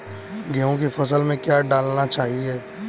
गेहूँ की फसल में क्या क्या डालना चाहिए?